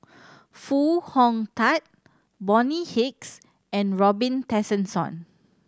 Foo Hong Tatt Bonny Hicks and Robin Tessensohn